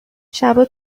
شبها